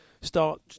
start